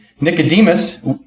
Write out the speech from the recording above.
Nicodemus